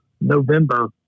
November